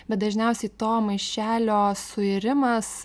bet dažniausiai to maišelio suirimas